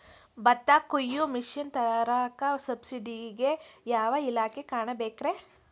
ಭತ್ತ ಕೊಯ್ಯ ಮಿಷನ್ ತರಾಕ ಸಬ್ಸಿಡಿಗೆ ಯಾವ ಇಲಾಖೆ ಕಾಣಬೇಕ್ರೇ?